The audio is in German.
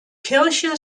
kirche